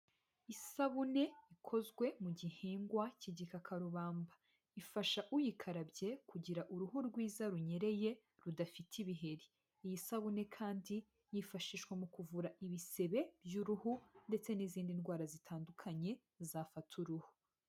Isabune ikozwe mu gihingwa k'igikakarubamba, ifasha uyikarabye kugira uruhu rwiza runyereye rudafite ibiheri. Iyi sabune kandi yifashishwa mu kuvura ibisebe by'uruhu ndetse n'izindi ndwara zitandukanye zafata uruhu.